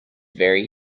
very